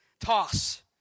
toss